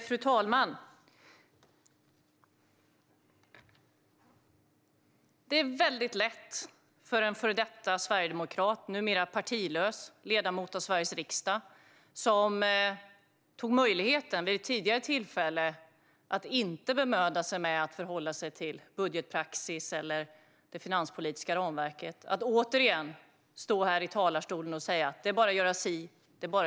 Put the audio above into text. Fru talman! Det är väldigt lätt för en före detta sverigedemokrat som numera är partilös ledamot av Sveriges riksdag, och som vid ett tidigare tillfälle tog möjligheten att inte bemöda sig att förhålla sig till budgetpraxis eller till det finanspolitiska ramverket, att återigen stå här i talarstolen och säga att det bara är att göra si eller så.